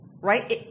right